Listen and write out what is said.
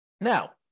Now